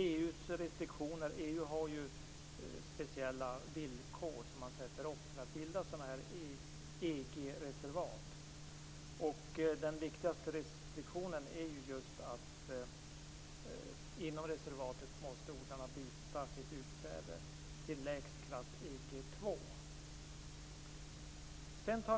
EU ställer ju upp speciella villkor för bildandet av EG-reservat. Den viktigaste restriktionen är just att odlarna inom reservatet måste byta sitt utsäde till lägst klass EG 2.